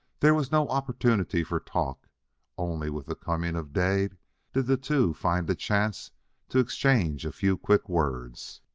there was no opportunity for talk only with the coming of day did the two find a chance to exchange a few quick words.